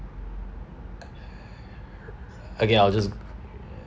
okay I'll just